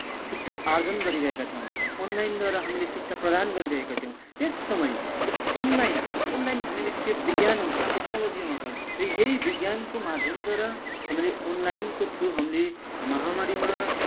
शिक्षा आर्जन गरिरहेका थियौँ अनलाइनद्वारा हामीले शिक्षा प्रदान गरिरहेका थियौँ त्यस समय अनलाइन अनलाइन भन्ने बित्तिकै विज्ञान आउँछ टेक्नोलोजी आउँछ यही विज्ञानको माध्यमद्वारा हामीले अनलाइनको थ्रु हामीले महामारीमा